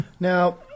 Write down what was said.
Now